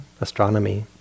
astronomy